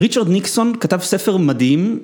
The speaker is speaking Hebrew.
ריצ'רד ניקסון כתב ספר מדהים